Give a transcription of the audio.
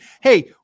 hey